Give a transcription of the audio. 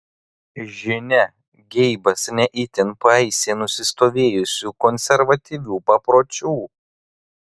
žinia geibas ne itin paisė nusistovėjusių konservatyvių papročių